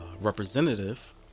representative